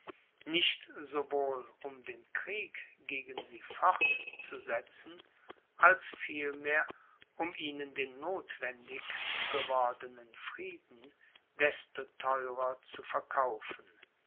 nicht sowohl um den krieg gegen sie fortzusetzen als vielmehr um ihnen den nothwendig gewordenen frieden desto theurer zu verkaufen